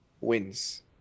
wins